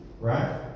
Right